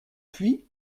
puits